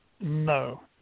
No